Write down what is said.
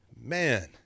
Man